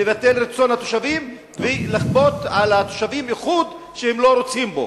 לבטל את רצון התושבים ולכפות על התושבים איחוד שהם לא רוצים בו.